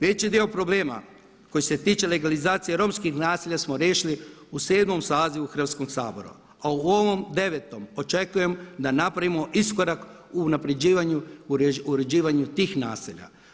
Veći dio problema koji se tiče legalizacije romskih naselja smo riješili u 7. sazivu Hrvatskog sabora, a u ovom 9. očekujem da napravimo iskorak u unapređivanju uređivanja tih naselja.